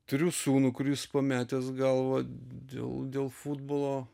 turiu sūnų kuris pametęs galvą dėl dėl futbolo